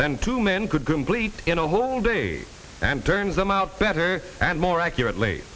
then two men could complete in a whole day and turns them out better and more accurate